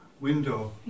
window